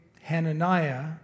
Hananiah